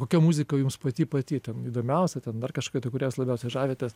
kokia muzika jums pati pati ten įdomiausia ten dar kažką tai kuria jūs labiausiai žavitės